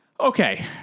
okay